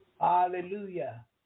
Hallelujah